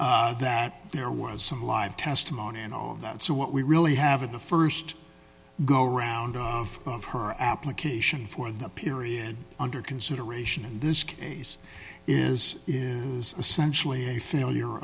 that there was some live testimony and all of that so what we really have at the st go around off of her application for the period under consideration in this case is essentially a failure